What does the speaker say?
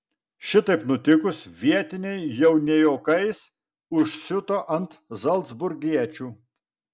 šitaip nutikus vietiniai jau ne juokais užsiuto ant zalcburgiečių